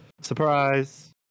Surprise